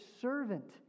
servant